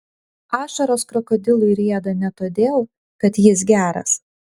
ašaros krokodilui rieda ne todėl kad jis geras